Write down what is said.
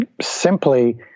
simply